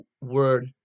word